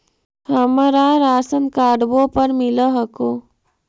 हमरा राशनकार्डवो पर मिल हको?